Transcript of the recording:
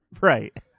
right